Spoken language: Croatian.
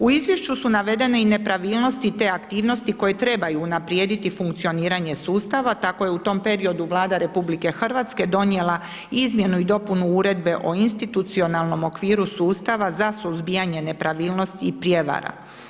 U izvješću su navedene i nepravilnosti te aktivnosti koje trebaju unaprijediti funkcioniranje sustava, tako je u tom periodu Vlada RH donijela izmjenu i dopunu Uredbe o institucionalnom okviru sustava za suzbijanje nepravilnosti i prijevara.